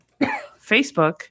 facebook